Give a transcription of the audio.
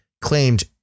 claimed